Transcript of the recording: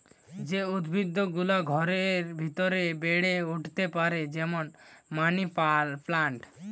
যে উদ্ভিদ গুলা ঘরের ভিতরে বেড়ে উঠতে পারে যেমন মানি প্লান্ট